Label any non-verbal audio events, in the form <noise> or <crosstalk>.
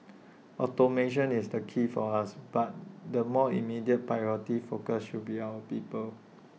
<noise> automation is the key for us but the more immediate priority focus should be our people